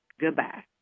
goodbye